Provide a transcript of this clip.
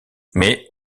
mais